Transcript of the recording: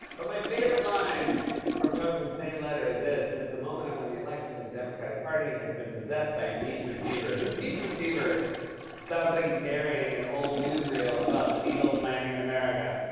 but my favorite line from trump's insane letter is this. since the moment i won the election, the democratic party has been possessed by impeachment fever. impeachment fever sounds like he's narrating an old newsreel about the beatles landing in america.